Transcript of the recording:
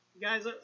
guys